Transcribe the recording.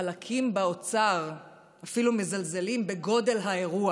חלקים באוצר אפילו מזלזלים בגודל האירוע